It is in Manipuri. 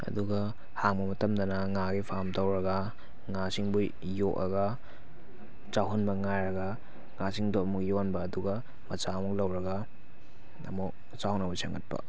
ꯑꯗꯨꯒ ꯍꯥꯡꯕ ꯃꯇꯝꯗꯅ ꯉꯥꯒꯤ ꯐꯥꯝ ꯇꯧꯔꯒ ꯉꯥꯁꯤꯡꯕꯨ ꯌꯣꯛꯑꯒ ꯆꯥꯎꯍꯟꯕ ꯉꯥꯏꯔꯒ ꯉꯥꯁꯤꯡꯗꯣ ꯑꯃꯨꯛ ꯌꯣꯟꯕ ꯑꯗꯨꯒ ꯃꯆꯥ ꯑꯃꯨꯛ ꯂꯧꯔꯒ ꯑꯃꯨꯛ ꯆꯥꯎꯅꯕ ꯁꯦꯝꯒꯠꯄ